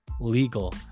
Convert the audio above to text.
legal